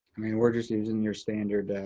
i mean, we're just using your standard,